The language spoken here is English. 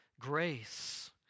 grace